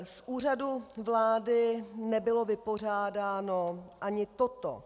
Z Úřadu vlády nebylo vypořádáno ani toto.